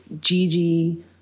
Gigi